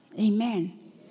Amen